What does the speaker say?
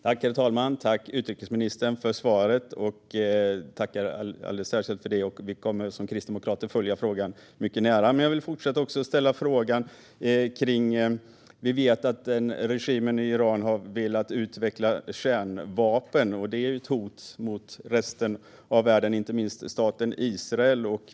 Herr talman! Tack, utrikesministern, för svaret! Vi kristdemokrater tackar alldeles särskilt för det och kommer att följa frågan mycket nära. Jag vill också ställa en fråga angående att regimen i Iran har velat utveckla kärnvapen. Det är ett hot mot resten av världen, inte minst staten Israel.